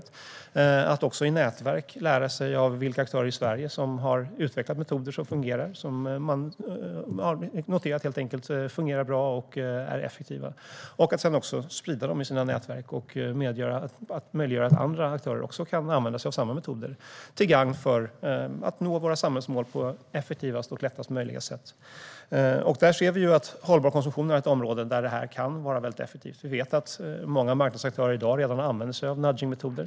Det handlar om att också i nätverk lära sig vilka aktörer i Sverige som har utvecklat metoder som man noterat fungerar bra och är effektiva och att sedan sprida dem i sina nätverk och möjliggöra att andra aktörer kan använda sig av samma metoder till gagn för att nå våra samhällsmål på effektivaste och lättast möjliga sätt. Där ser vi att hållbar konsumtion är ett område där det kan vara väldigt effektivt. Vi vet att många marknadsaktörer i dag redan använder sig av nudgingmetoder.